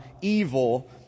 evil